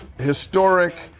historic